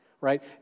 right